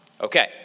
Okay